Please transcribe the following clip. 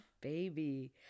Baby